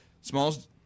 Smalls